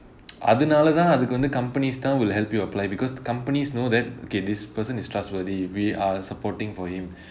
அதுனாலேதான் அதுக்கு வந்து:athunaalaethaan athukku vanthu companies தான்:thaan will help you apply because companies know that okay this person is trustworthy we are supporting for him